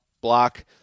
block